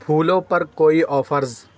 پھولوں پر کوئی آفرز